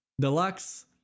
Deluxe